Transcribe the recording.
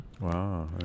Wow